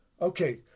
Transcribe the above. Okay